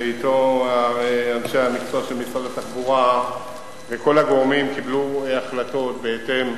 ואתו אנשי המקצוע של משרד התחבורה וכל הגורמים קיבלו החלטות בהתאם